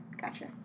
Gotcha